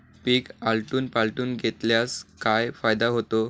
पीक आलटून पालटून घेतल्यास काय फायदा होतो?